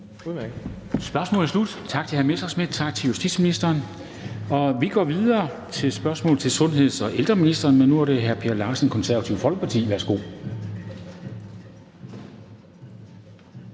Spørgsmålet er slut. Tak til hr. Messerschmidt, og tak til justitsministeren. Vi går videre til næste spørgsmål (spm. nr. S 167) til sundheds- og ældreministeren, og nu er det hr. Per Larsen, Det Konservative Folkeparti, der